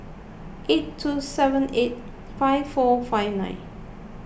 eight two seven eight five four five nine